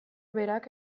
berak